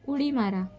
उडी मारा